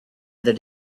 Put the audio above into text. other